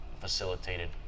facilitated